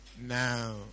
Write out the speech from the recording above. now